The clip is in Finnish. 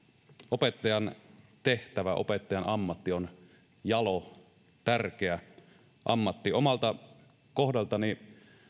opettajan tehtävä opettajan ammatti on jalo tärkeä ammatti omalta kohdaltani